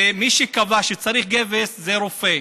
ומי שקבע שצריך גבס זה רופא.